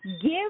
give